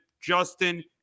Justin